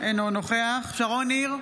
אינו נוכח שרון ניר,